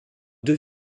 deux